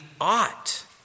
ought